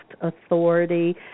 authority